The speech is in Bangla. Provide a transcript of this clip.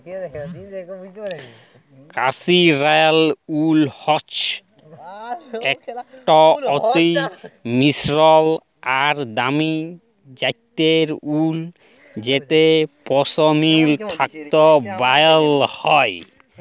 কাশ্মীরলে উল হচ্যে একট অতি মসৃল আর দামি জ্যাতের উল যেট পশমিলা থ্যাকে ব্যালাল হয়